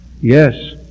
Yes